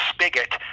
spigot